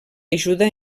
ajuda